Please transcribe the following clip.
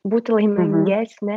būti laimingesne